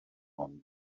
ond